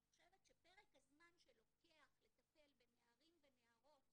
אני חושבת שפרק הזמן שלוקח לטפל בנערים ונערות